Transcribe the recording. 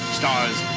stars